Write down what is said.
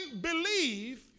believe